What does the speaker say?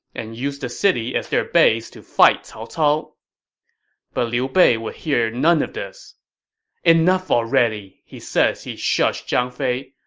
and use the city as their base to fight cao cao but liu bei would have none of this enough already! he said as he shushed zhang fei.